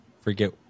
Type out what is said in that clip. forget